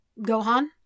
Gohan